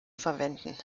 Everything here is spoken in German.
verwenden